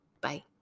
Bye